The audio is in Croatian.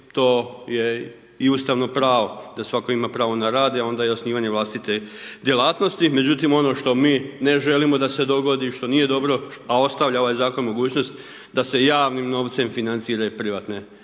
to je i ustavno pravo da svatko ima pravo na rad, a onda i osnivanje vlastite djelatnosti. Međutim ono što mi ne želimo da se dogodi, što nije dobro, a ostavlja ovaj zakon mogućnost, da se javnim novcem financira i privatne knjižnice,